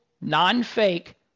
non-fake